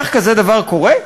איך כזה דבר קורה?